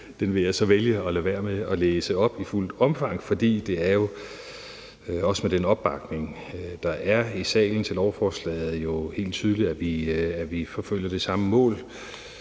Den vil jeg så vælge at lade være med at læse op i fuldt omfang, for det er jo, også med den opbakning, der er i salen, til lovforslaget, helt tydeligt, at vi forfølger det samme mål.